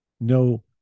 No